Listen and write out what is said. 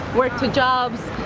worked two jobs,